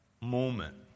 moment